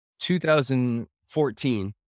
2014